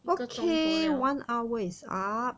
一个钟头 liao